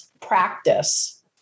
practice